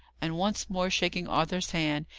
and once more shaking arthur's hand,